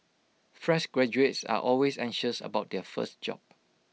fresh graduates are always anxious about their first job